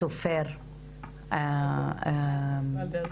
הסופר חיים ולדר,